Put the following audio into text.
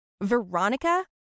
Veronica